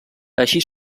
així